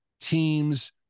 teams